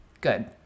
Good